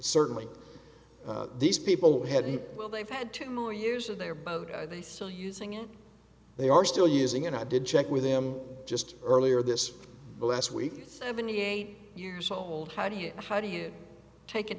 certainly these people had a well they've had two more years of their boat they still using it they are still using it i did check with them just earlier this last week seventy eight years old how do you how do you take it